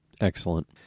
Excellent